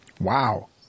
Wow